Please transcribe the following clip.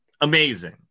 amazing